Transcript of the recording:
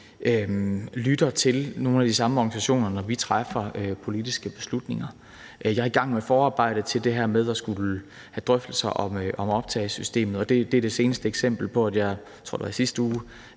lytter til nogle af de samme organisationer, når vi træffer politiske beslutninger. Jeg er i gang med forarbejdet til det her med at skulle have drøftelser om optagesystemet, og det er det seneste eksempel på, at jeg – jeg tror, det var i sidste uge